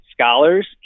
scholars